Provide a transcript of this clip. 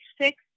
six